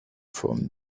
from